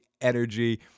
energy